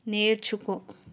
నేర్చుకో